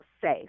safe